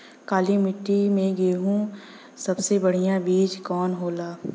काली मिट्टी में गेहूँक सबसे बढ़िया बीज कवन होला?